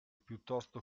piuttosto